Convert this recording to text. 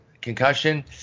concussion